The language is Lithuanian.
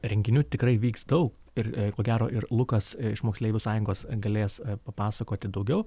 renginių tikrai vyks daug ir ko gero ir lukas iš moksleivių sąjungos galės papasakoti daugiau